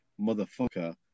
motherfucker